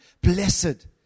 blessed